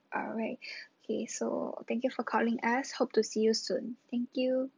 alright okay so thank you for calling us hope to see you soon thank you